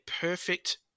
perfect